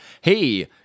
hey